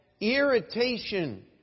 irritation